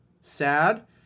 sad